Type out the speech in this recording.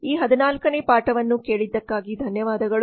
ಈ 14ನೇ ಪಾಠವನ್ನು ಕೇಳಿದ್ದಕ್ಕಾಗಿ ಧನ್ಯವಾದಗಳು